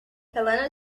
helena